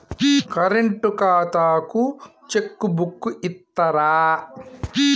Current ఖాతాకు cheque book ఇత్తరా?